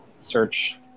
search